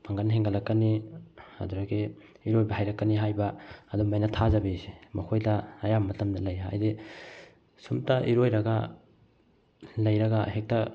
ꯄꯥꯡꯒꯟ ꯍꯦꯟꯒꯠꯂꯛꯀꯅꯤ ꯑꯗꯨꯗꯒꯤ ꯏꯔꯣꯏꯕ ꯍꯩꯔꯛꯀꯅꯤ ꯍꯥꯏꯕ ꯑꯗꯨꯃꯥꯏꯅ ꯊꯥꯖꯕꯤꯁꯦ ꯃꯈꯣꯏꯗ ꯑꯌꯥꯝꯕ ꯃꯇꯝꯗ ꯂꯩ ꯍꯥꯏꯗꯤ ꯁꯨꯝꯇ ꯏꯔꯣꯏꯔꯒ ꯂꯩꯔꯒ ꯍꯦꯛꯇ